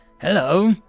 Hello